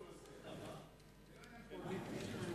נעשה דיון